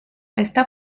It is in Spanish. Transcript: está